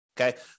Okay